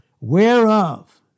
whereof